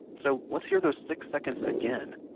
so, let's hear those six-second again.